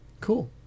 Cool